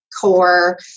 core